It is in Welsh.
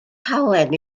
halen